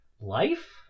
life